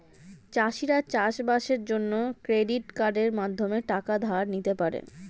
চাষিরা চাষবাসের জন্য ক্রেডিট কার্ডের মাধ্যমে টাকা ধার নিতে পারে